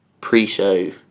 pre-show